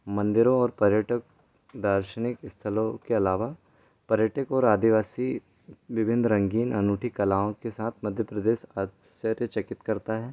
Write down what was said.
मंदिरों और पर्यटक दार्शनिक स्थलों के अलावा पर्यटक और आदिवासी विभिन्न रंगीन अनूठी कलाओं के साथ मध्य प्रदेश आस्चर्यचकित करता है